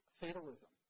fatalism